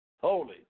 holy